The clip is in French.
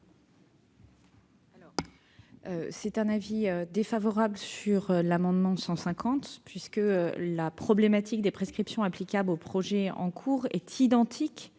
est défavorable sur l'amendement n° 150 rectifié. La problématique des prescriptions applicables aux projets en cours est identique,